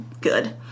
good